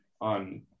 on